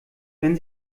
wenn